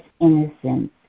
innocence